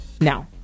now